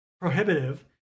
prohibitive